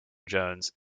jones